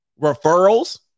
Referrals